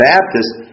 Baptists